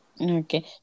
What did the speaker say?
Okay